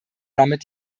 damit